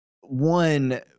One